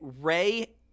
Ray